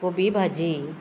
कोबी भाजी